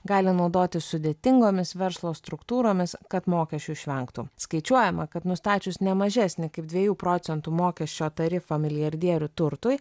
gali naudotis sudėtingomis verslo struktūromis kad mokesčių išvengtų skaičiuojama kad nustačius ne mažesnį kaip dviejų procentų mokesčio tarifą milijardierių turtui